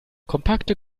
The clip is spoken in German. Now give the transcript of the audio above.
kompakte